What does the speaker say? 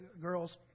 girls